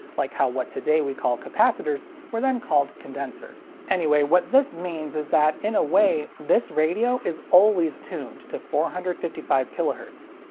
like how what today we call capacitors were then called condensers. anyway, what this means is that, in a way, this radio is always tuned to four hundred fifty five kilohertz.